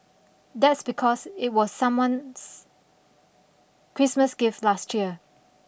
that's because it was someone's Christmas gift last year